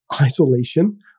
isolation